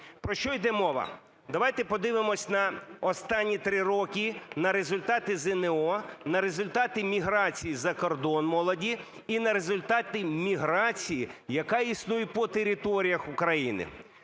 Про що іде мова? Давайте подивимось на останні три роки на результати ЗНО, на результати міграції за кордон молоді і на результати міграції, яка існує по територіях України.